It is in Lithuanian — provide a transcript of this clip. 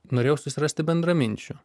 norėjau susirasti bendraminčių